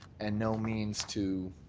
and no means to